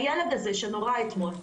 הילד הזה שנורה אתמול,